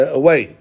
away